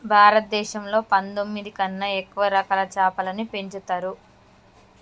భారతదేశంలో పందొమ్మిది కన్నా ఎక్కువ రకాల చాపలని పెంచుతరు